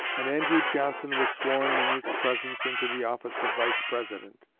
and andrew johnson was sworn in its presence into the office of vice-president.